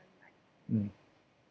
mm